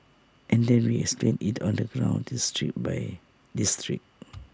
and then we explained IT on the ground district by district